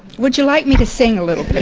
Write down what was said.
would you like me to sing a